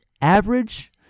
average